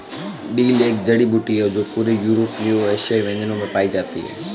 dill एक जड़ी बूटी है जो पूरे यूरोपीय और एशियाई व्यंजनों में पाई जाती है